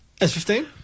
S15